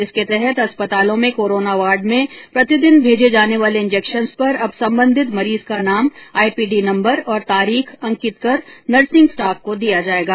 इसके तहत अस्पतालों में कोरोना वार्ड में प्रतिदिन भेजे जाने वाले इंजेक्शन्स पर अब संबंधित मरीज का नाम आईपीडी नंबर और तारीख अंकित कर नर्सिंग स्टॉफ को दिया जाएगा